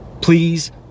Please